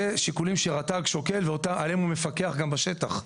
זה שיקולים שרט"ג שוקל ועליהם הוא מפקח גם בשטח,